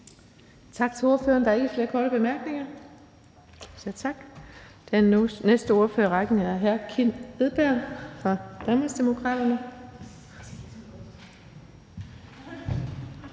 Tak til ordføreren. Der er ikke flere korte bemærkninger. Den næste ordfører i rækken er hr. Kim Valentin fra Venstre.